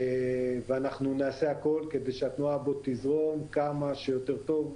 ואנחנו נעשה הכל כדי שהתנועה בו תזרום כמה שיותר טוב,